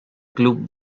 club